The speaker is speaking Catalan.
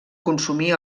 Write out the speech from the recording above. consumir